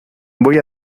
voy